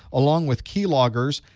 along with key loggers,